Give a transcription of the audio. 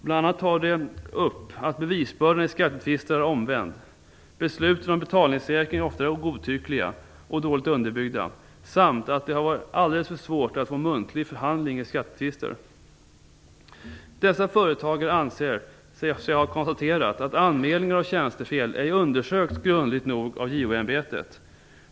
Bl.a. tar de upp att bevisbördan i skattetvister är omvänd, att besluten om betalningssäkring ofta är godtyckliga och dåligt underbyggda samt att det är alldeles för svårt att få muntlig förhandling i skattetvister. Dessa företagare anser sig ha konstaterat att anmälningar och tjänstefel inte undersökts grundligt nog av JO-ämbetet.